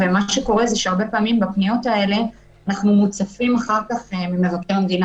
ומה שקורה שהרבה פעמים בפנימיות האלה אנחנו מוצפים אחר כך ממבקר המדינה,